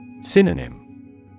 Synonym